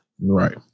Right